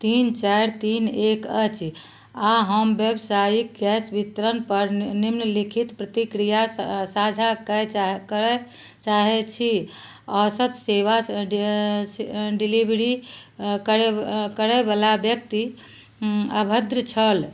तीन चारि तीन एक अछि आ हम व्यावसायिक गैस वितरण पर निम्नलिखित प्रतिक्रिया साझा करय चाहै छी औसत सेवा डिलीवरी करै करैवला व्यक्ति अभद्र छल